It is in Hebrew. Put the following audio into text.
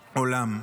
עולם: